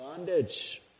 bondage